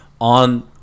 on